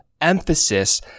emphasis